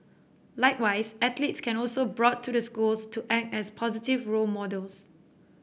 likewise athletes can also brought to the schools to act as positive role models